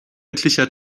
etlicher